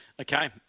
Okay